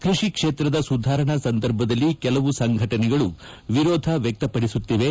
ಕೃಷಿ ಕ್ಷೇತ್ರದ ಸುಧಾರಣಾ ಸಂದರ್ಭದಲ್ಲಿ ಕೆಲವು ಸಂಘಟನೆಗಳು ವಿರೋಧ ವ್ವಕ್ತಪಡಿಸುತ್ತಿವೆ